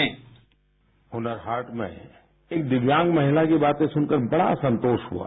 sound bite Hunar Haat में एक दिव्यांग महिला की बातें सुनकर बड़ा संतोष हुआ